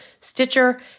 Stitcher